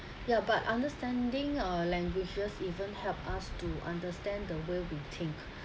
ya but understanding a languages even help us to understand the way we think